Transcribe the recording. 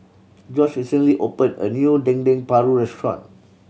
George recently open a new Dendeng Paru restaurant